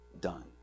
Done